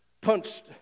punched